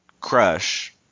Crush